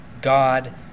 God